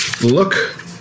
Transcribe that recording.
look